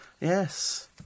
Yes